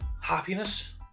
Happiness